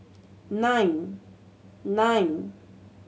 nine